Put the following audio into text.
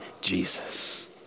Jesus